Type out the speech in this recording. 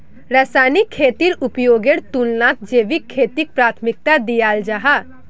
रासायनिक खेतीर उपयोगेर तुलनात जैविक खेतीक प्राथमिकता दियाल जाहा